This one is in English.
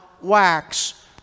wax